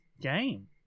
game